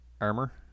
armor